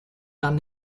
dann